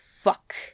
fuck